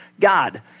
God